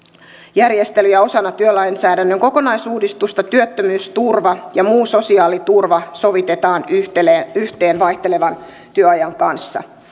järjestelyjä osana työaikalainsäädännön kokonaisuudistusta työttömyysturva ja muu sosiaaliturva sovitetaan yhteen yhteen vaihtelevan työajan kanssa